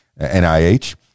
NIH